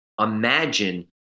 imagine